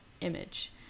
image